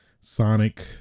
Sonic